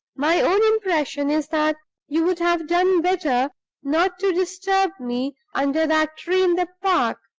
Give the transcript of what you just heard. my own impression is that you would have done better not to disturb me under that tree in the park.